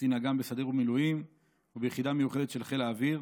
קצין אג"ם בסדיר ובמילואים וביחידה מיוחדת של חיל האוויר.